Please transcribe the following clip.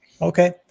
Okay